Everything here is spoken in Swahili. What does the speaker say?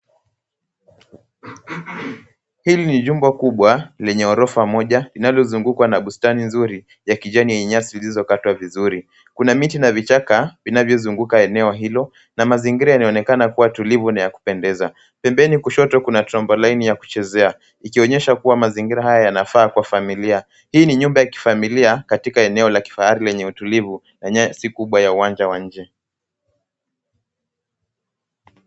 Hili ni jumba kubwa lenye ghorofa moja linalozugukwa na bustani nzuri ya kijani yenye nyasi zilizokatwa vizuri. Kuna miti na vichaka vinavyozunguka eneo hilo na mazingira yanaonekana kuwa tulivu na ya kupendeza. Pembeni kushoto kuna trampoline ya kuchezea ikionyesha kuwa mazingira haya yanafaa kwa familia. Hii nyumba ya kifamilia katika eneo la kifahari lenye utulivu na nyasi kubwa ya uwanja wa nje.